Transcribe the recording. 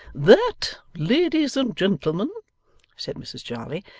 that, ladies and gentlemen said mrs jarley,